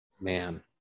man